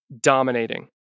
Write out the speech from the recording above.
dominating